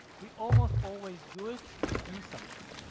we almost always do it to do something.